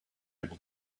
able